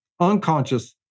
unconscious